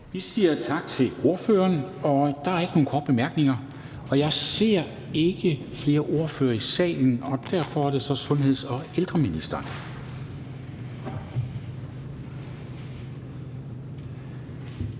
Vi siger tak til ordføreren, og der er ikke nogen korte bemærkninger. Jeg ser ikke flere ordførere i salen, og derfor er det så sundheds- og ældreministeren.